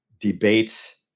debates